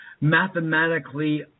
mathematically